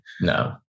No